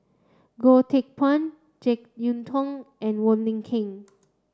Goh Teck Phuan Jek Yeun Thong and Wong Lin Ken